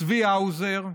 צבי האוזר,